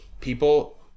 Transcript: people